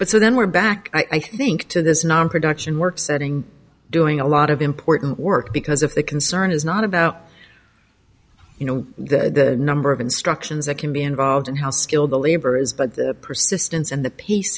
but so then we're back i think to this non production work setting doing a lot of important work because of the concern is not about you know the number of instructions that can be involved in how skilled the labor is but the persistence and the peace